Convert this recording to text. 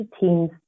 teams